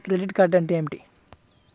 Credit card అంటే ఏమిటి?